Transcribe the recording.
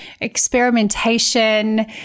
experimentation